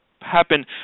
happen